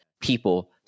people